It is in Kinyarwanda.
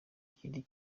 ikindi